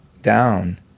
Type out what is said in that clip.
down